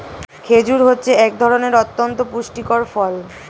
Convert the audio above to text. খেজুর হচ্ছে এক ধরনের অতন্ত পুষ্টিকর ফল